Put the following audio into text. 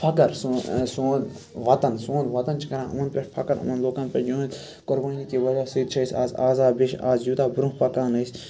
فخر سون سون وَطن سون وَطن چھِ کَران یِمَن پیٚٹھ فخر یِمَن لوٗکَن پیٚٹھ یِہٕنٛدۍ قۄربٲنی کہِ وَجہ سۭتۍ چھِ أسۍ آز آزاب بیٚیہِ چھِ آز یوٗتاہ برونٛہہ پَکان أسۍ